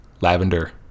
lavender